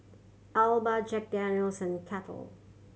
Alba Jack Daniel's and Kettle